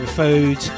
food